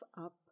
up